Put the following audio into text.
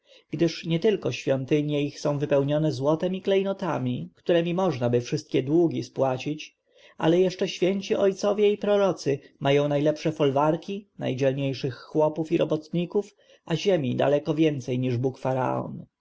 gdyż nietylko świątynie ich są wypełnione złotem i klejnotami któremi możnaby wszystkie długi spłacić ale jeszcze święci ojcowie i prorocy mają najlepsze folwarki najdzielniejszych chłopów i robotników a ziemi daleko więcej niż bóg-faraon